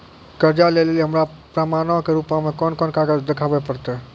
कर्जा लै लेली हमरा प्रमाणो के रूपो मे कोन कोन कागज देखाबै पड़तै?